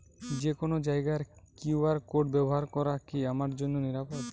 যে কোনো জায়গার কিউ.আর কোড ব্যবহার করা কি আমার জন্য নিরাপদ?